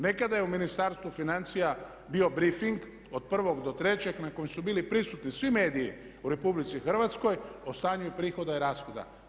Nekada je u Ministarstvu financija bio brifing od 1. do 3. na kojem su bili prisutni svi mediji u RH o stanju prihoda i rashoda.